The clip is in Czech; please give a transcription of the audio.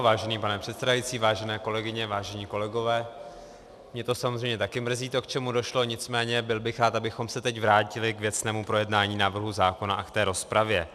Vážený pane předsedající, vážené kolegyně, vážení kolegové, mě samozřejmě taky mrzí to, k čemu došlo, nicméně byl bych rád, abychom se teď vrátili k věcnému projednání návrhu zákona a k té rozpravě.